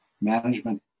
management